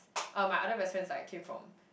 oh my other best friends like came from